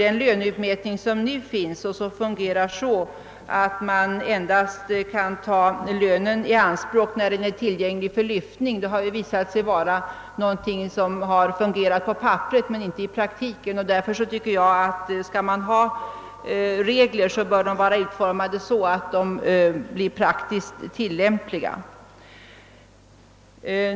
Den löneutmätning som nu finns och som innebär att man endast kan ta lönen i anspråk när den är tillgänglig för lyftning har visat sig fungera bara på papperet, inte i praktiken. Om man skall ha regler skall de vara utformade så, att de kan tillämpas i praktiken.